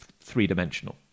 three-dimensional